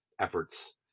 efforts